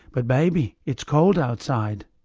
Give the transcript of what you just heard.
but baby, it's cold outside